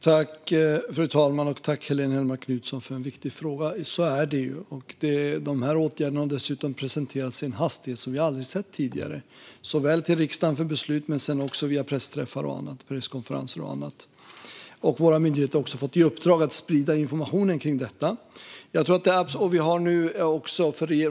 Fru talman! Tack, Helene Hellmark Knutsson, för en viktig fråga! Så är det ju. Åtgärderna har dessutom presenterats i en hastighet som vi aldrig sett tidigare för beslut i riksdagen och sedan via presskonferenser och annat. Våra myndigheter har också fått i uppdrag att sprida informationen kring dessa.